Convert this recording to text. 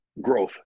growth